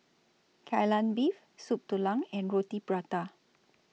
Kai Lan Beef Soup Tulang and Roti Prata